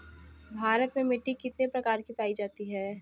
भारत में मिट्टी कितने प्रकार की पाई जाती हैं?